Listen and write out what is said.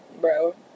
bro